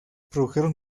produjeron